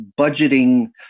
budgeting